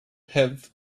have